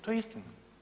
To je istina.